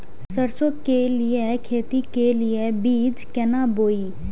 सरसों के लिए खेती के लेल बीज केना बोई?